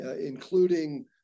including